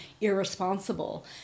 irresponsible